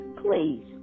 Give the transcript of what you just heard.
please